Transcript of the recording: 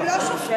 הם לא שופטים.